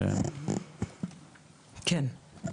כן.